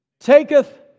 taketh